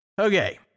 Okay